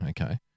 Okay